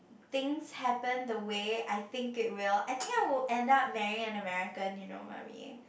things happen the way I think it will I think I would end up marrying an American you know mummy